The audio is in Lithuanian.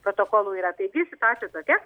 protokolų ir ateity situacija tokia